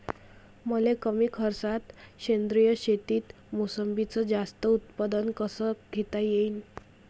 मले कमी खर्चात सेंद्रीय शेतीत मोसंबीचं जास्त उत्पन्न कस घेता येईन?